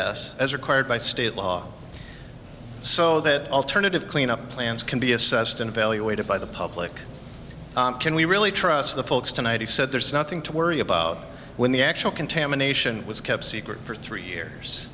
idea as required by state law so that alternative clean up plans can be assessed and evaluated by the public and we really trust the folks tonight he said there's nothing to worry about when the actual contamination was kept secret for three years